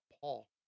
Paul